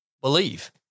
believe